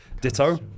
Ditto